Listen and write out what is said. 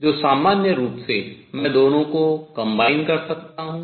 जो सामान्य रूप से मैं दोनों को combine संयोजित कर सकता हूँ